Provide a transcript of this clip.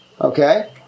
okay